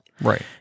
Right